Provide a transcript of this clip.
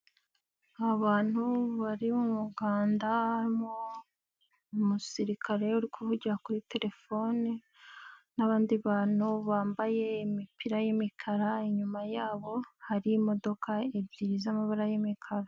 Abantu bari mu muganda harimo umusirikare uri kuvugira kuri terefoni, n'abandi bantu bambaye imipira y'imikara inyuma yabo hari imodoka ebyiri z'amabara y'imikara.